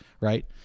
right